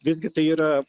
visgi tai yra